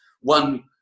one